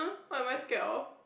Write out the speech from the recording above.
what am I scared of